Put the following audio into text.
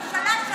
שמענו.